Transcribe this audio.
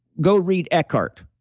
go read eckhart.